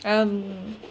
um